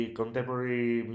contemporary